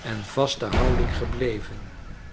en vaste houding gebleven